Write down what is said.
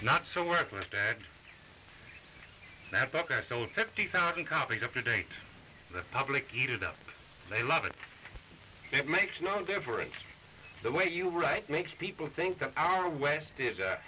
worthless that that book i sold fifty thousand copies of to date the public eat it up they love it it makes no difference the way you write makes people think that our west is